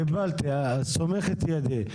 קיבלתי, סומך את ידי.